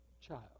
child